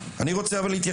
ואני לא רק שאני מתכוונת